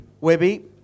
Webby